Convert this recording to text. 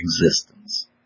existence